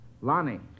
Lonnie